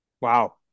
wow